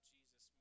Jesus